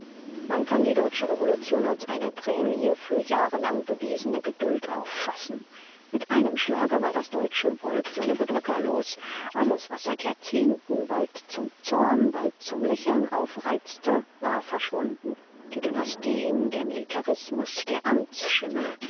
man kann die deutsche revolution als eine prämie für jahrelang bewiesene geduld auffassen mit einem schlage war das deutsche volk seine bedrücker los alles was seit jahrzehnten bald zum zorn bald zum lächeln aufreizte war verschwunden die dynastien der militarismus der